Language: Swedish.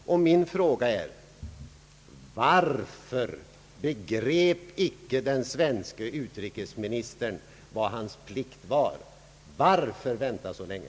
Min fråga är: Varför begrep icke den svenske utrikesministern vad hans plikt var? Varför väntade han så länge?